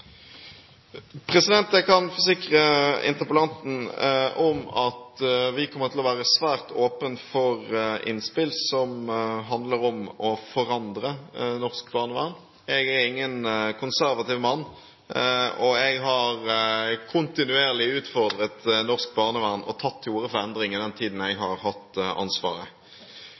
Jeg kan forsikre interpellanten om at vi kommer til å være svært åpne for innspill som handler om å forandre norsk barnevern. Jeg er ingen konservativ mann, og jeg har kontinuerlig utfordret norsk barnevern og tatt til orde for endring i den tiden jeg har hatt ansvaret.